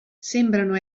sembrano